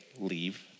Leave